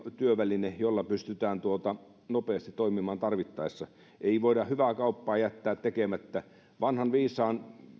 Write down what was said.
työväline jolla pystytään nopeasti toimimaan tarvittaessa ei voida hyvää kauppaa jättää tekemättä vanha viisas